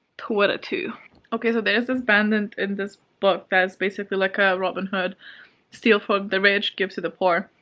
twitter, too okay, so there is this band and in this book that's basically like a robin hood steal from the rich, give to the poor.